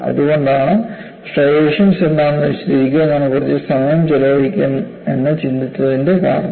അതുകൊണ്ടാണ് സ്ട്രൈയേഷൻസ് എന്താണെന്ന് വിശദീകരിക്കാൻ ഞാൻ കുറച്ച് സമയം ചെലവഴിക്കുമെന്ന് ചിന്തിച്ചതിന്റെ കാരണം